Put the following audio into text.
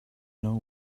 know